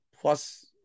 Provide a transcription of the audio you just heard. plus